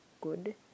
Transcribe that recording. good